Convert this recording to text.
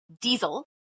diesel